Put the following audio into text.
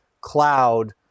cloud